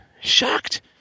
shocked